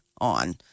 on